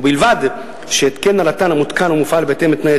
ובלבד שהתקן הרט"ן המותקן ומופעל בהתאם לתנאי